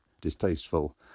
distasteful